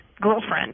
girlfriend